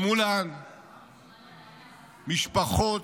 ומולן משפחות